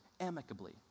amicably